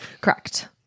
correct